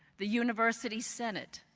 the university senate,